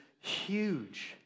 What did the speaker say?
huge